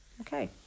Okay